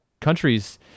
countries